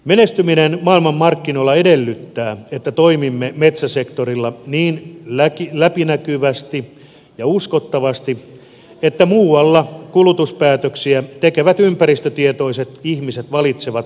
menestyminen maailmanmarkkinoilla edellyttää että toimimme metsäsektorilla niin läpinäkyvästi ja uskottavasti että muualla kulutuspäätöksiä tekevät ympäristötietoiset ihmiset valitsevat suomalaisen tuotteen